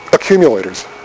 accumulators